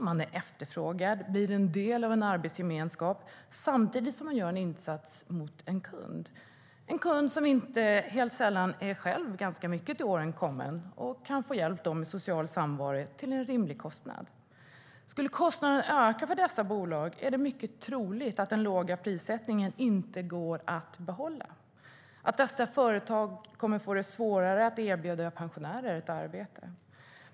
De är efterfrågade och blir en del av en arbetsgemenskap samtidigt som de gör en insats för kunden. Kunden är inte sällan långt till åren kommen och kan på så sätt få hjälp med social samvaro till rimlig kostnad. Om kostnaden för dessa bolag ökar är det mycket troligt att den låga prissättningen inte går att behålla, och företagen kommer att få svårare att erbjuda pensionärer arbete.